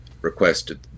requested